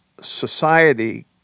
society